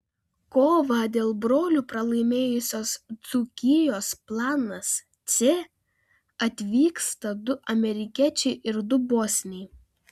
kovą dėl brolių pralaimėjusios dzūkijos planas c atvyksta du amerikiečiai ir du bosniai